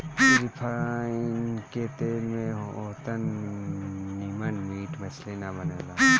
refine के तेल में ओतना निमन मीट मछरी ना बनेला